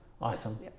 Awesome